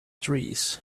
trees